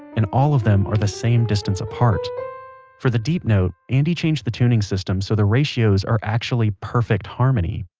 and all of them are the same distance apart for the deep note andy changed the tuning system so the ratios are actually perfect harmony,